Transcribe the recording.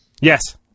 yes